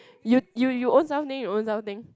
you you you own self think you own self think